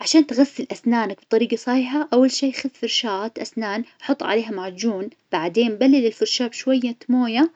عشان تغسل أسنانك بطريقة صحيحة أول شي خذ فرشاة أسنان حط عليها معجون، بعدين بلل الفرشاة بشوية مويه